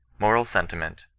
moral sentiment,